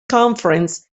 conference